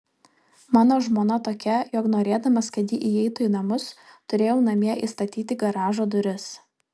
mano žmona tokia jog norėdamas kad ji įeitų į namus turėjau namie įstatyti garažo duris